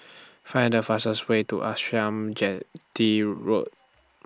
Find The fastest Way to Arnasalam Chetty Road